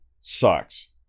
sucks